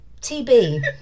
tb